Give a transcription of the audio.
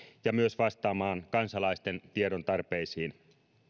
ja myös vastaamaan kansalaisten tiedontarpeisiin